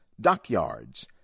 dockyards